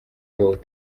y’abahutu